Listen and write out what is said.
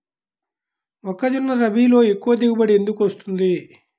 మొక్కజొన్న రబీలో ఎక్కువ దిగుబడి ఎందుకు వస్తుంది?